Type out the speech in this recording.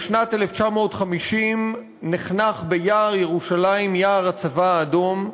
בשנת 1950 נחנך ביער ירושלים יער הצבא האדום,